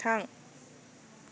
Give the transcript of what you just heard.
थां